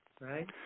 Right